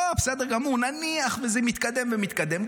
לא, בסדר גמור, נניח שזה מתקדם ומתקדם.